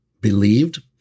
believed